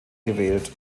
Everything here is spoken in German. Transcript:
gewählt